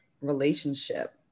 relationship